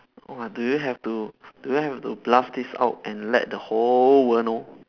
oh but do you have to do you have to blast this out and let the whole world know